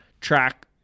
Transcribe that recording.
track